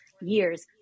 years